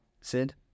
Sid